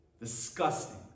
disgusting